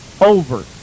over